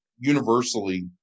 Universally